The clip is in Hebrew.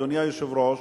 אדוני היושב-ראש,